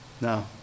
no